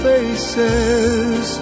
Faces